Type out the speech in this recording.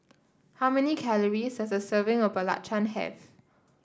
how many calories does a serving of Belacan have